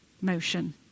motion